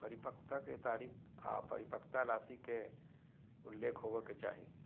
परिपक्वता के तारीख आर परिपक्वता राशि के उल्लेख होबय के चाही